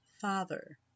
father